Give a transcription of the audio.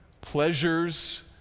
pleasures